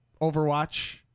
Overwatch